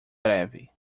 breve